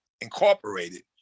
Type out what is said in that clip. Incorporated